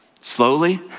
Slowly